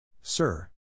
Sir